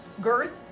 Girth